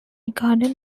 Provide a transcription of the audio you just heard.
garden